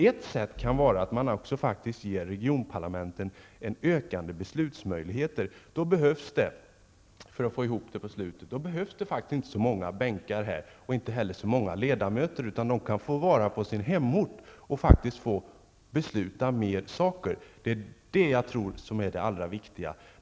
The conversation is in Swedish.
Ett sätt kan vara att ge regionparlamenten ökade beslutsmöjligheter. Då behövs det inte så många bänkar och så många ledamöter här, utan de kan få vara på sin hemort och besluta mer. Det är det som är det allra viktigaste.